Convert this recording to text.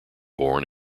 born